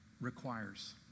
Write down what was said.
requires